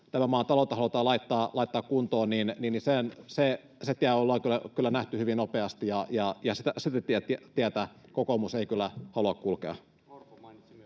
tämän maan taloutta halutaan laittaa kuntoon, niin se tie ollaan kyllä nähty hyvin nopeasti, ja sitä tietä kokoomus ei kyllä halua kulkea.